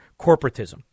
corporatism